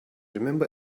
remember